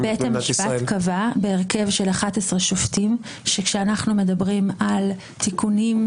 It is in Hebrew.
בית המשפט התייחס למגבלה הנוספת שקיימת על הרשות המכוננת,